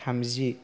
थामजि